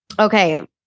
Okay